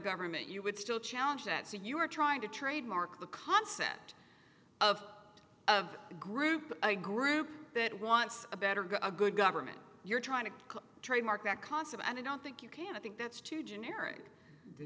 government you would still challenge that scene you are trying to trademark the concept of out of the group a group that wants a better guy a good government you're trying to trademark that concept and i don't think you can i think that's too generic